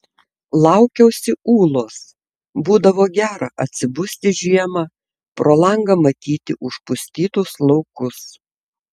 laukiausi ūlos būdavo gera atsibusti žiemą pro langą matyti užpustytus laukus